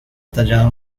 tallado